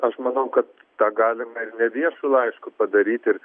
aš manau kad tą galime ir ne viešu laišku padaryt ir